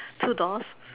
two doors